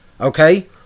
okay